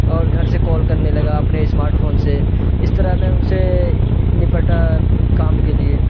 और घर से कॉल करने लगा अपने इस्मार्टफ़ोन से इस तरह मैं उनसे निपटा काम के लिए